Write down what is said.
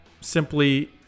simply